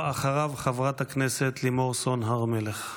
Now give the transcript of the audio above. אחריו, חברת הכנסת לימור סון הר מלך.